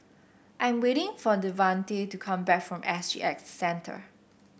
I am waiting for Devante to come back from S G X Centre